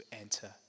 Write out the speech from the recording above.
enter